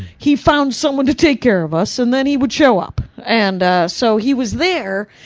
he found someone to take care of us, and then he would show up, and ah, so he was there,